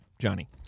Johnny